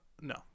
no